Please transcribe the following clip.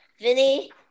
Vinny